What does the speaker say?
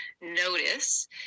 notice